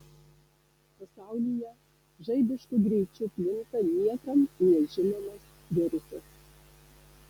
pasaulyje žaibišku greičiu plinta niekam nežinomas virusas